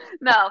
No